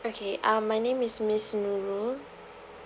okay uh my name is miss nurul